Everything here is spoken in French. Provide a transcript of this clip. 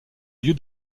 lieu